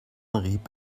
rieb